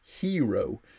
hero